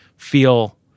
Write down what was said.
feel